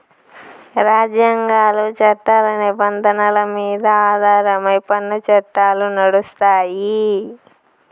రాజ్యాంగాలు, చట్టాల నిబంధనల మీద ఆధారమై పన్ను చట్టాలు నడుస్తాయి